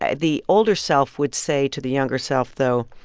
ah the older self would say to the younger self, though,